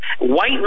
White